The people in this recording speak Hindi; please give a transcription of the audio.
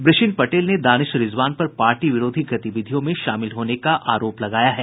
वृषिण पटेल ने दानिश रिजवान पर पार्टी विरोधी गतिविधियों में शामिल होने का आरोप लगाया है